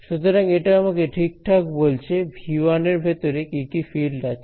সুতরাং এটা আমাকে ঠিকঠাক বলছে V 1 এর ভেতরে কি কি ফিল্ড আছে